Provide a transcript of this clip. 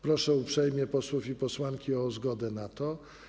Proszę uprzejmie posłów i posłanki o zgodę na to.